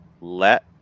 let